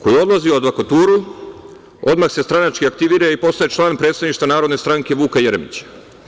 Odlazi u advokaturu, odmah se stranački aktivira i postaje član predstavništva Narodne stranke Vuka Jeremića.